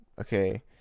Okay